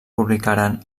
publicaren